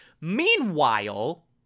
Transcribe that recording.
Meanwhile